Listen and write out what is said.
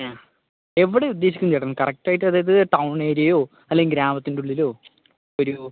ആ എവിടെയാണ് ഉദ്ദേശിക്കുന്നത് ചേട്ടൻ കറക്റ്റായിട്ട് അതായത് ടൗൺ ഏരിയയോ അല്ലെങ്കിൽ ഗ്രാമത്തിൻ്റെ ഉള്ളിലോ ഒരു